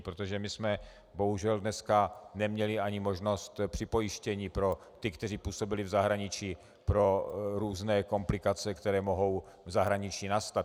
Protože my jsme bohužel dnes neměli ani možnost připojištění pro ty, kteří působili v zahraničí, pro různé komplikace, které mohou v zahraničí nastat.